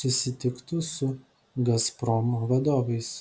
susitiktų su gazprom vadovais